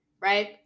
right